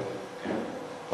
הוא יכול להגיש,